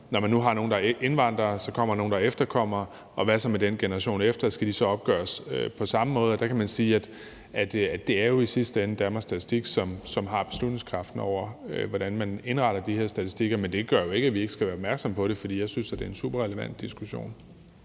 når man nu har nogle, der er indvandrere, og så kommer der nogle, der er efterkommere, og hvad så med den generation efter? Skal disse opgøres på samme måde? Og der kan man sige, at det jo i sidste ende er Danmarks Statistik, som har beslutningskraften over, hvordan man indretter de her statistikker, men det gør jo ikke, at vi ikke skal være opmærksomme på det, for jeg synes, det er en super relevant diskussion.